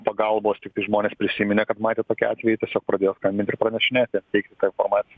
pagalbos tiktai žmonės prisiminė kad matė tokį atvejį tiesiog pradėjo skambint ir pranešinėti ir teikti tą informaciją